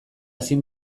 ezin